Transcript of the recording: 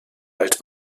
alt